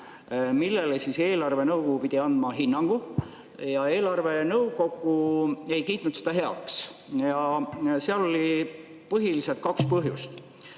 millele eelarvenõukogu pidi andma hinnangu. Eelarvenõukogu ei kiitnud seda heaks. Seal oli põhiliselt kaks põhjust.